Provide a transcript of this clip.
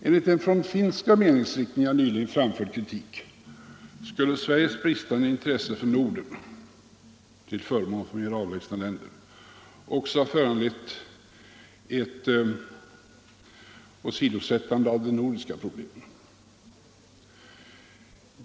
Enligt en från finska meningsriktningar nyligen framförd kritik skulle Sveriges bristande intresse för Norden till förmån för mer avlägset belägna länder också ha föranlett ett åsidosättande av de nordiska problemen.